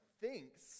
thinks